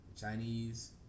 Chinese